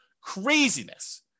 Craziness